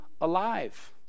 alive